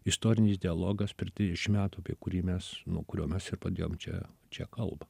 istorinis dialogas per trisdešimt metų apie kurį mes nuo kurio mes ir padėjom čia čia kalbą